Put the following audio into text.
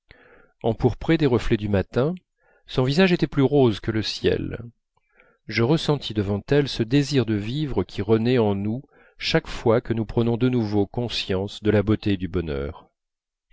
empourpré des reflets du matin son visage était plus rose que le ciel je ressentis devant elle ce désir de vivre qui renaît en nous chaque fois que nous prenons de nouveau conscience de la beauté et du bonheur